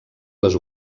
les